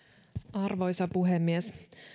arvoisa puhemies